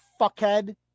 fuckhead